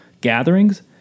gatherings